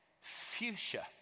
fuchsia